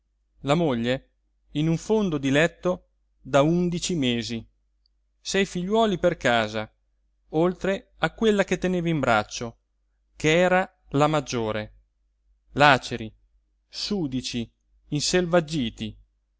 la moglie in un fondo di letto da undici mesi sei figliuoli per casa oltre a quella che teneva in braccio ch'era la maggiore laceri sudici